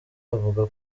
avuga